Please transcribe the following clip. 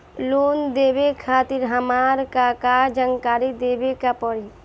Loan लेवे खातिर हमार का का जानकारी देवे के पड़ी?